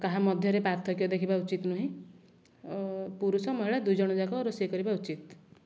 କାହା ମଧ୍ୟରେ ପାର୍ଥକ୍ୟ ଦେଖିବା ଉଚିତ ନୁହେଁ ପୁରୁଷ ମହିଳା ଦୁଇଜଣ ଯାକ ରୋଷେଇ କରିବା ଉଚିତ୍